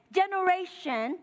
generation